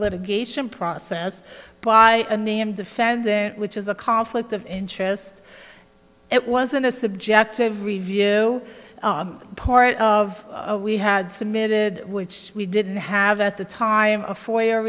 litigation process by the name defendant which is a conflict of interest it wasn't a subjective review part of we had submitted which we didn't have at the time for your